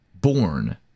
born